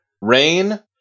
Rain